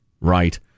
right